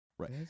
Right